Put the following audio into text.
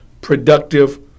productive